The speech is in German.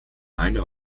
eine